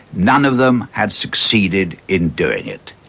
none of them had succeeded in doing it.